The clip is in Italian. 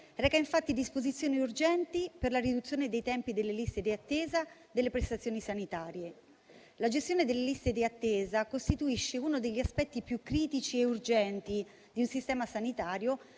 reca, infatti, disposizioni urgenti per la riduzione dei tempi delle liste di attesa delle prestazioni sanitarie. La gestione delle liste di attesa costituisce uno degli aspetti più critici e urgenti di un sistema sanitario